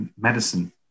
medicine